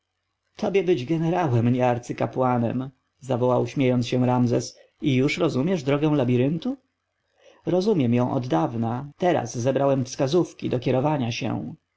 tobie być jenerałem nie arcykapłanem zawołał śmiejąc się ramzes i już rozumiesz drogę labiryntu rozumiem ją oddawna teraz zebrałem wskazówki do kierowania się